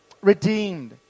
redeemed